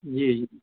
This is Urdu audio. جی جی